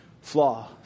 flaw